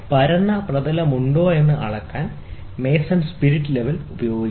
പരന്ന പ്രതലമുണ്ടോയെന്ന് അളക്കാൻ മേസന്റെ സ്പിരിറ്റ് ലെവൽ ഉപയോഗിക്കുന്നു